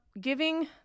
giving